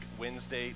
Wednesday